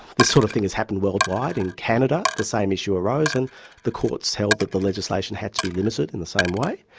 this sort of thing is happening worldwide. in canada the same issue arose and the courts held that the legislation had to be limited in the same way,